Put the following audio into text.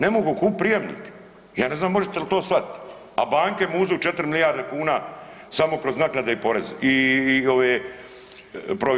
Ne mogu kupiti prijemnik, ja ne znam možete li to shvatit, a banke muzu 4 milijarde kuna samo kroz naknade i provizije.